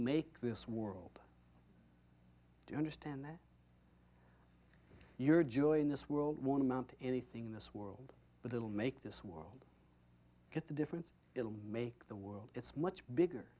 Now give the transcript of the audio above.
make this world do you understand that your joy in this world one amount to anything in this world but it'll make this war get the difference it'll make the world it's much bigger